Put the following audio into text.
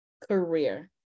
career